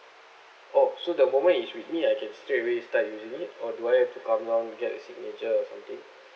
oh so the moment it's with me I can straight away start using it or do I have to come down to get a signature or something